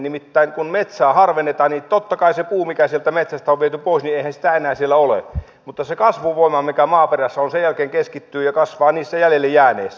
nimittäin kun metsää harvennetaan niin tietenkään sitä puuta mikä sieltä metsästä on viety pois ei enää siellä ole mutta se kasvuvoima mikä maaperässä on sen jälkeen keskittyy ja kasvaa niissä jäljelle jääneissä